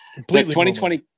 2020